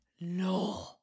No